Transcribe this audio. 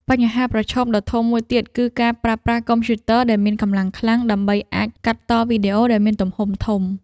បញ្ហាប្រឈមដ៏ធំមួយទៀតគឺការប្រើប្រាស់កុំព្យូទ័រដែលមានកម្លាំងខ្លាំង ដើម្បីអាចកាត់តវីដេអូដែលមានទំហំធំ។